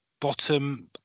bottom